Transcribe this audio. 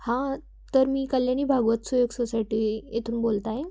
हां तर मी कल्यानी भागवत सुयोग सोसायटी येथून बोलत आहे